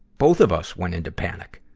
both of us went into panic.